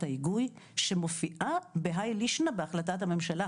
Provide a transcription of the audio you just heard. ההיגוי שמופיעה בהאי לישנא בהחלטת הממשלה,